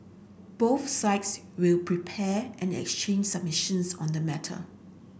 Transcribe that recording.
both sex will prepare and exchange submissions on the matter